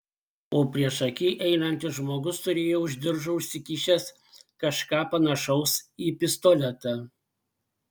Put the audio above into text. o priešaky einantis žmogus turėjo už diržo užsikišęs kažką panašaus į pistoletą